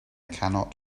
cannot